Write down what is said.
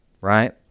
right